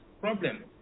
problem